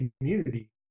community